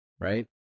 Right